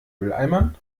mülleimern